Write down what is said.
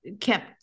kept